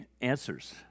answers